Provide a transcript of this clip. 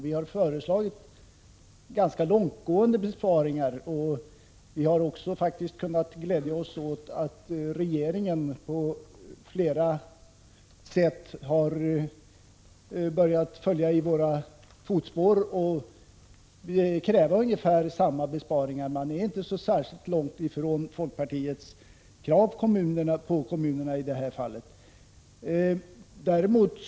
Vi har föreslagit ganska långtgående besparingar och faktiskt också kunnat glädja oss åt att regeringen på flera sätt har börjat följa i våra fotspår och kräva ungefär samma besparingar. Regeringen är inte särskilt långt ifrån folkpartiet i sina krav på kommunerna i det här fallet.